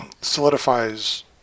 solidifies